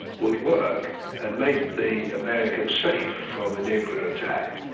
would work and make the americans safe from a nuclear attack.